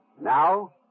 Now